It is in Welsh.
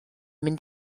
mynd